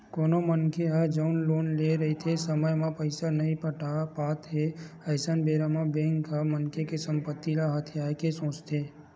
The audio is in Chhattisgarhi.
कोनो मनखे ह जउन लोन लेए रहिथे समे म पइसा ल नइ पटा पात हे अइसन बेरा म बेंक ह मनखे के संपत्ति ल हथियाये के सोचथे